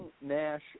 Nash